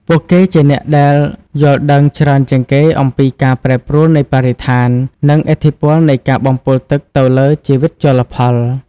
ពួកគេជាអ្នកដែលយល់ដឹងច្រើនជាងគេអំពីការប្រែប្រួលនៃបរិស្ថាន និងឥទ្ធិពលនៃការបំពុលទឹកទៅលើជីវិតជលផល។